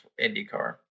IndyCar